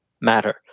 matter